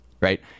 Right